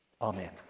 Amen